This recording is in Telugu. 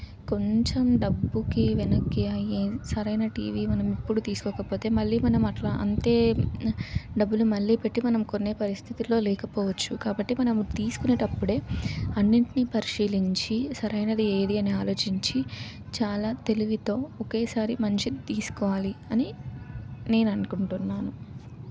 కొంచెం డబ్బుకి వెనక్కి అయ్యే సరైన టీవీ మనం ఇప్పుడు తీసుకోకపోతే మళ్ళీ మనం అట్లా అంతే డబ్బులు మళ్ళీ పెట్టి మనం కొనే పరిస్థితుల్లో లేకపోవచ్చు కాబట్టి మనం తీసుకునేటప్పుడే అన్నింటినీ పరిశీలించి సరైనది ఏది అని ఆలోచించి చాలా తెలివితో ఒకేసారి మంచిది తీసుకోవాలి అని నేను అనుకుంటున్నాను